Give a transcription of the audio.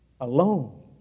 alone